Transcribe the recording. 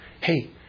Hey